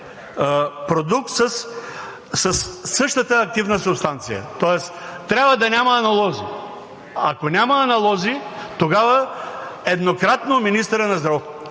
продукт със същата активна субстанция, тоест трябва да няма аналози. Ако няма аналози, тогава еднократно министърът на